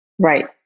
Right